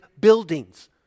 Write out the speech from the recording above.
buildings